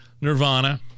Nirvana